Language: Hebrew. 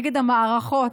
נגד המערכות.